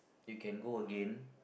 you can go a gain